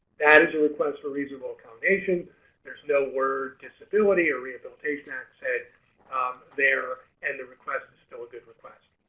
that is a request for reasonable accommodation there's no word disability or rehabilitation act said there and the request is still a good request.